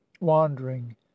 wandering